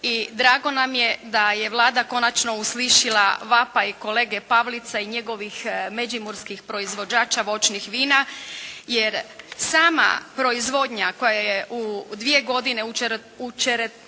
drago nam je da je Vlada konačno uslišila vapaj kolege Pavlica i njegovih međimurskih proizvođača voćnih vina, jer sama proizvodnja koja je u dvije godine